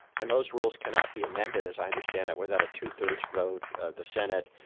and those rules cannot be amended, as i understand it, without a two thirds vote, the senate.